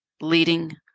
leading